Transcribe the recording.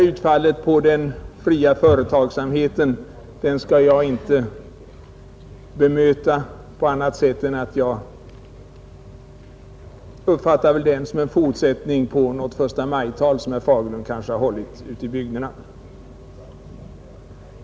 Utfallet mot den fria företagsamheten skall jag inte bemöta på annat sätt än genom att säga att jag uppfattar det som en fortsättning på något förstamajtal som herr Fagerlund kanske har hållit ute i bygderna.